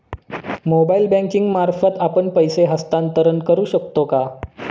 Mobile banking मार्फत आपण पैसे हस्तांतरण करू शकतो का?